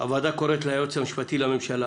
הוועדה קוראת ליועץ המשפטי לממשלה